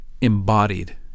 embodied